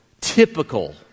typical